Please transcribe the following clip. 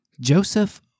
Joseph